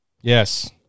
Yes